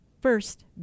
first